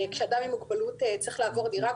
כשאדם עם מוגבלות צריך לעבור דירה,